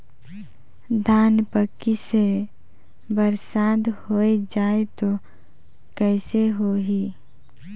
धान पक्की से बरसात हो जाय तो कइसे हो ही?